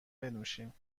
بنوشیم